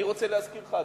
אני רוצה להזכיר לך,